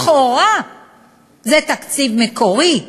לכאורה זה תקציב מקורי.